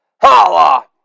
holla